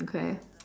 okay